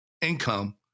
income